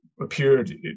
appeared